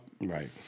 Right